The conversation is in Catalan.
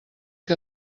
que